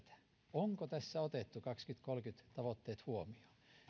onko tässä otettu kaksituhattakolmekymmentä tavoitteet huomioon